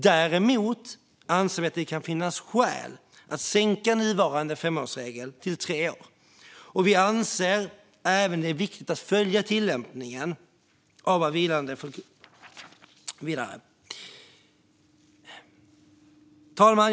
Däremot anser vi att det kan finnas skäl att sänka nuvarande femårsgräns till tre år. Vi anser även att det är viktigt att följa den vidare tillämpningen. Fru talman!